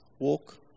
Walk